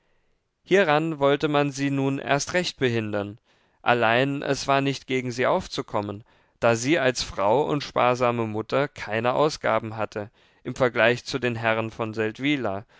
hieran wollte man sie nun erst recht behindern allein es war nicht gegen sie aufzukommen da sie als frau und sparsame mutter keine ausgaben hatte im vergleich zu den herren von